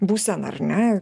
būseną ar ne